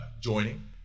joining